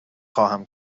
خواهم